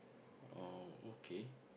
oh okay